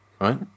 Right